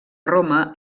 roma